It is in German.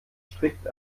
strikt